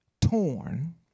Torn